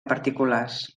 particulars